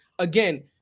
Again